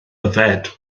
yfed